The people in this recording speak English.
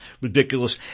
ridiculous